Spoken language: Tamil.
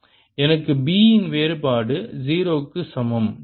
எனக்கு B இன் வேறுபாடு 0 க்கு சமம்